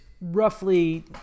roughly